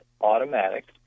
automatic